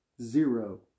Zero